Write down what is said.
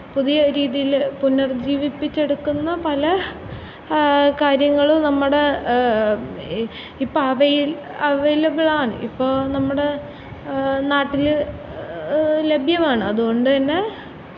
പുതിയ രീതിയിൽ പുനർജീവിപ്പിച്ചെടുക്കുന്ന പല കാര്യങ്ങളും നമ്മടെ ഇപ്പം അവൈലബിളാണ് ഇപ്പോൾ നമ്മുടെ നാട്ടിൽ ലഭ്യമാണ് അതുകൊണ്ടു തന്നെ